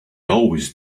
always